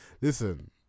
listen